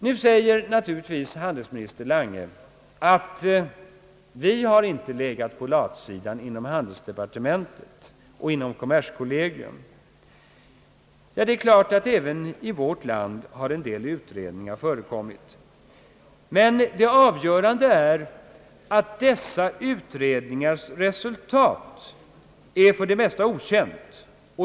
Nu säger naturligtvis handelsminister Lange att man inte har legat på latsidan inom handelsdepartementet och inom kommerskollegium. Det är klart att även i vårt land en del utredningar har förekommit. Men det avgörande är att dessa utredningars resultat är för de flesta okänt.